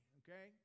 okay